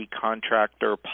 Contractor